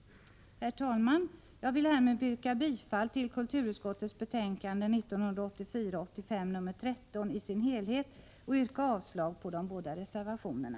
Herr talman! Jag vill härmed yrka bifall till kulturutskottets hemställan i betänkandet 1984/85:13 i dess helhet och yrka avslag på de båda reservationerna.